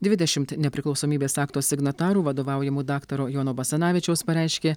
dvidešimt nepriklausomybės akto signatarų vadovaujamų daktaro jono basanavičiaus pareiškė